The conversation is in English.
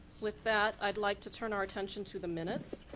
with that, i'd like to turn our attention to the minutes.